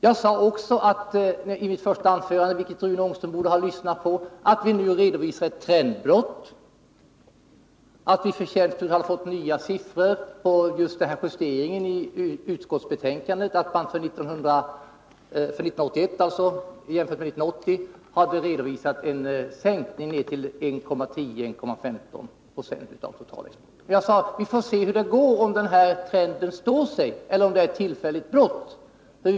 Jag sade också i mitt första anförande, vilket Rune Ångström borde ha lyssnat på, att det nu redovisas ett trendbrott, att vi har fått nya siffror just inför justeringen av utskottsbetänkandet som visar en sänkning för år 1981, jämfört med 1980, ned till 1,10 å 1,15 96 av totalexporten. Jag sade att vi får se hur det går, om trenden står sig eller om det är ett tillfälligt brott.